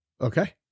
Okay